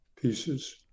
pieces